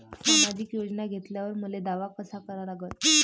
सामाजिक योजना घेतल्यावर मले दावा कसा करा लागन?